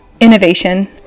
innovation